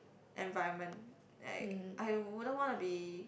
environment like I wouldn't wanna be